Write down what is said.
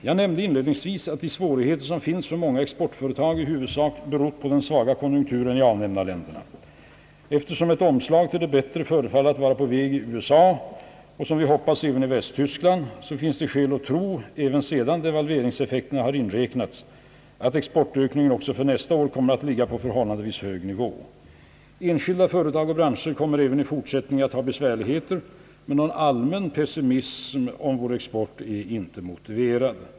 Jag nämnde inledningsvis att de svårigheter som finns för många exportföretag i huvudsak berott på den svaga konjunkturen i avnämarländerna. Eftersom ett omslag till det bättre förefaller att vara på väg i USA och som vi kan hoppas även i Västtyskland finns det skäl att tro, även sedan devalveringseffekterna inräknats, att exportökningen också för nästa år kommer att ligga på en förhållandevis hög nivå. Enskilda företag och branscher kommer även i fortsättningen att ha besvärligheter, men någon allmän pessimism om vår export är inte motiverad.